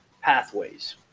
pathways